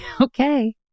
Okay